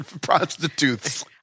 Prostitutes